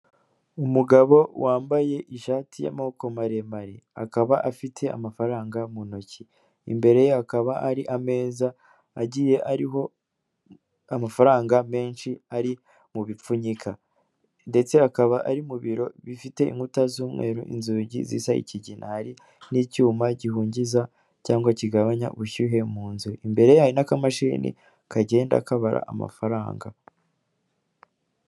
Umugabo wambaye ishati y'amoko maremare, akaba afite amafaranga mu ntoki. Imbere ye hakaba hari ameza agiye ariho amafaranga menshi ari mu bipfunyika. Ndetse akaba ari mu biro bifite inkuta z'umweru, inzugi zisa ikiginari. Hari n'icyuma gihungiza cyangwa kigabanya ubushyuhe mu nzu. Imbere ye hari n'akamashini kagenda kabara amafaranga.